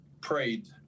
prayed